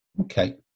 Okay